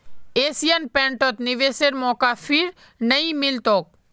Asian पेंटत निवेशेर मौका फिर नइ मिल तोक